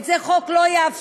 את זה החוק לא יאפשר.